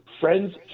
friends